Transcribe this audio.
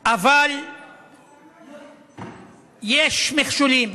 אבל יש מכשולים.